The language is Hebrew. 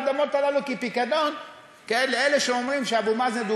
לפחות בוא נשמור על האדמות הללו כפיקדון לאלה שאומרים שאבו מאזן,